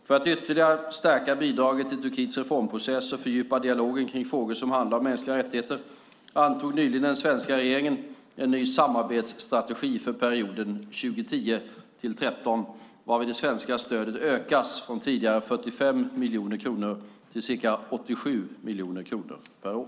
För att ytterligare stärka bidraget till Turkiets reformprocess och fördjupa dialogen kring frågor som handlar om mänskliga rättigheter antog nyligen den svenska regeringen en ny samarbetsstrategi för perioden 2010-2013, varvid det svenska stödet ökas från tidigare 45 miljoner kronor till ca 87 miljoner kronor per år.